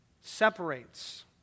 separates